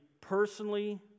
personally